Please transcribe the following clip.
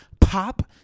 pop